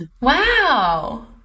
Wow